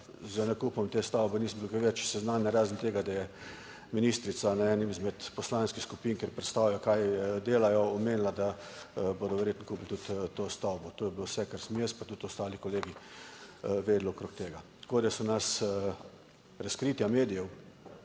z nakupom te stavbe nisem bil kaj več seznanjen razen tega, da je ministrica na eni izmed poslanskih skupin, kjer predstavijo kaj delajo omenila, da bodo verjetno kupili tudi to stavbo. To je bilo vse kar sem jaz pa tudi ostali kolegi vedeli okrog tega. Tako, da so nas razkritja medijev